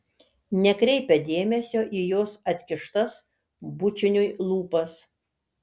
nekreipia dėmesio į jos atkištas bučiniui lūpas